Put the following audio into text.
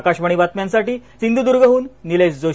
आकाशवाणी बातम्यांसाठीसिंधुद्गहन निलेश जोशी